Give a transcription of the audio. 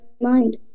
mind